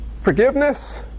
forgiveness